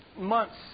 months